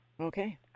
Okay